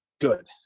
good